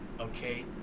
Okay